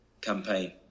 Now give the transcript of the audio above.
campaign